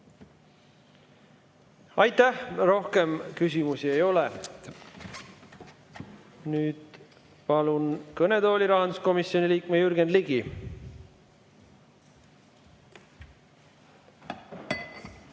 Aitäh! Rohkem küsimusi ei ole. Nüüd palun kõnetooli rahanduskomisjoni liikme Jürgen Ligi.